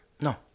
No